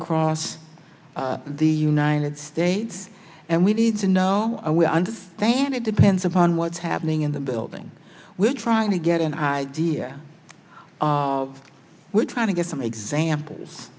across the united states and we need to know we understand it depends upon what's happening in the building we're trying to get an idea we're trying to get some examples